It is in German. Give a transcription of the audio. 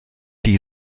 die